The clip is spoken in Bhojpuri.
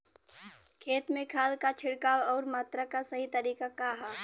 खेत में खाद क छिड़काव अउर मात्रा क सही तरीका का ह?